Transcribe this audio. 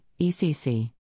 ECC